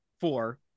Four